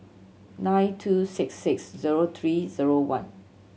nine two six six zero three zero one